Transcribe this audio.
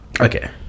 Okay